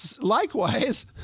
likewise